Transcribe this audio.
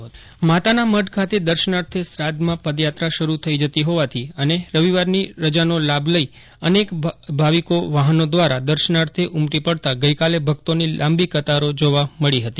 અશરફ નથવાણી માતાનામઢ પદયાત્રા માતાનામઢ ખાતે દર્શનાર્થે શ્રાધ્ધમાં પદયાત્રા શર થઈ જતી હોવાથી અને રવિવારની રજાનો લાભ લઈ અનેકભાવિકો વાહનો દ્વારા દર્શનાર્થે ઉમટી પડતા ગઈકાલે ભક્તોની લાંબી કતારો જોવા મળી હતી